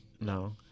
No